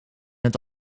het